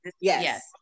yes